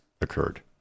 occurred